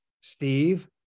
steve